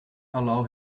allow